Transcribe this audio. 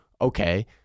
okay